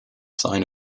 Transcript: sign